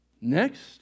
Next